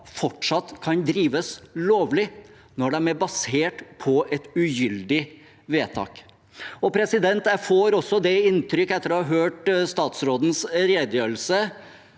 fortsatt kan drives lovlig, når de er basert på et ugyldig vedtak. Jeg får også inntrykk av, etter å ha hørt statsrådens redegjørelse,